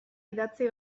idatzi